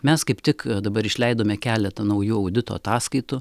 mes kaip tik dabar išleidome keletą naujų audito ataskaitų